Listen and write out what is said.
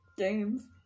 Games